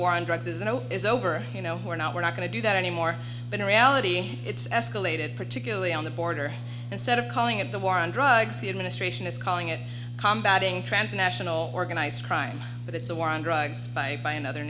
war on drugs is a no is over you know we're not we're not going to do that anymore in reality it's escalated particularly on the border instead of calling it the war on drugs the administration is calling it combat ing transnational organized crime but it's a war on drugs by by another